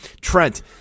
Trent